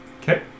Okay